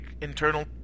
internal